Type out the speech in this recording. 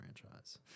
franchise